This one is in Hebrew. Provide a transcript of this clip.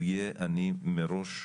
הוא יהיה, אני מראש אומר,